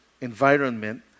environment